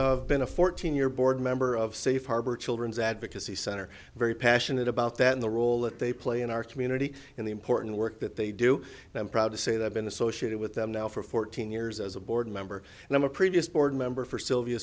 of been a fourteen year board member of safe harbor children's advocacy center very passionate about that in the role that they play in our community in the important work that they do and proud to say they've been associated with them now for fourteen years as a board member and i'm a previous board member for sylvia